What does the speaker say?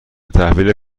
تحویل